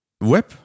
web